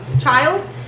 child